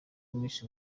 miss